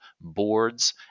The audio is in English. boards